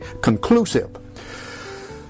conclusive